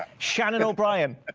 shannon o'brien?